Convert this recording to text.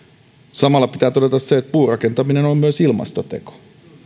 samalla pitää todeta myös se että puurakentaminen on myös ilmastoteko